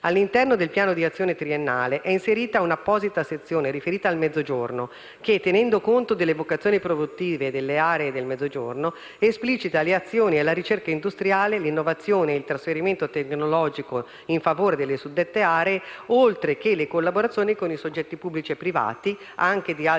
All'interno del piano di azione triennale è inserita un'apposita sezione riferita al Mezzogiorno che, tenendo conto delle vocazioni produttive delle aree del Mezzogiorno, esplicita le azioni per la ricerca industriale, l'innovazione e il trasferimento tecnologico in favore delle suddette aree, oltre che le collaborazioni con i soggetti pubblici e privati, anche di altre